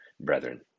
Brethren